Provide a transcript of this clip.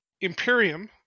Imperium